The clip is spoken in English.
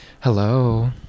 Hello